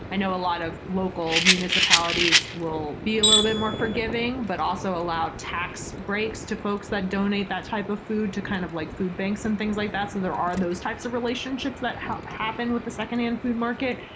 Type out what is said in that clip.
i know a lot of local municipalities will be a little bit more forgiving, but also allow tax breaks to folks that donate that type of food to kind of like food banks and things like that. there are those types of relationships that happened with the secondhand food market.